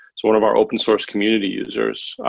sort of our open source community users.